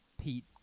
pete